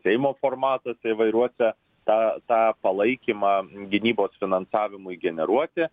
seimo formatuose įvairiuose tą tą palaikymą gynybos finansavimui generuoti